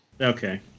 Okay